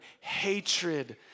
hatred